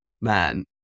man